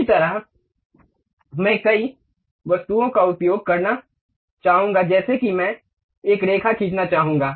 इसी तरह मैं कई वस्तुओं का उपयोग करना चाहूंगा जैसे कि मैं एक रेखा खींचना चाहूंगा